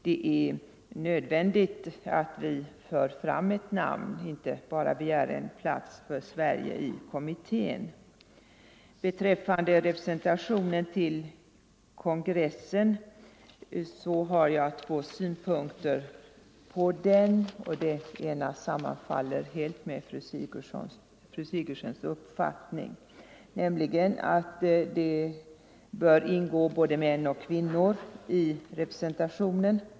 Det är därför nödvändigt att vi för fram ett namn och inte bara begär en plats för Sverige i kommittén. Beträffande representationen till kongressen har jag två synpunkter. Den ena sammanfaller helt med fru Sigurdsens uppfattning, nämligen att det bör ingå både män och kvinnor i representationen.